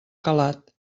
calat